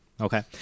Okay